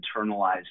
internalized